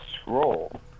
scroll